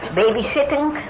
babysitting